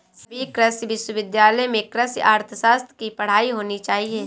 सभी कृषि विश्वविद्यालय में कृषि अर्थशास्त्र की पढ़ाई होनी चाहिए